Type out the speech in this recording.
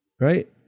Right